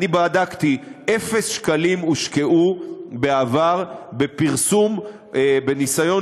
אני בדקתי: אפס שקלים הושקעו בעבר בפרסום בניסיון